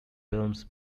films